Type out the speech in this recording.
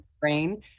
brain